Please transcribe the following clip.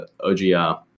OGR